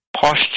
posture